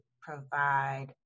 provide